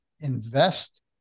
invest